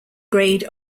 grade